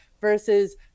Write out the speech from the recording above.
versus